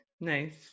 Nice